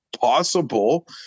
possible